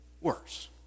worse